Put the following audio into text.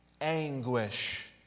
anguish